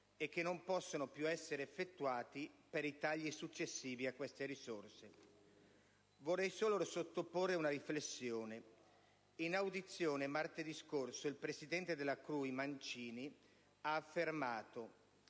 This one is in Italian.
e che non possono più essere effettuati per i tagli successivi a queste risorse. Vorrei solo sottoporre una riflessione: in audizione, martedì scorso, il presidente della CRUI, professor Mancini, ha affermato: